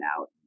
out